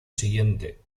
siguiente